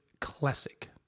classic